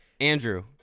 Andrew